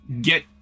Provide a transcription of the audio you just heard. get